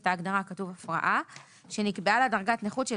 בסוף הסעיף: "ככל שאלה שנקבעו בחוק".